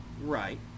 Right